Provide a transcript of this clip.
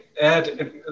add